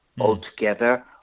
altogether